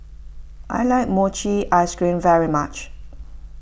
I like Mochi Ice Cream very much